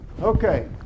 Okay